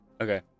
Okay